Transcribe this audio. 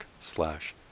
slash